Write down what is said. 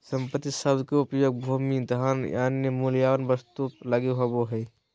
संपत्ति शब्द के उपयोग भूमि, धन और अन्य मूल्यवान वस्तु लगी होवे हइ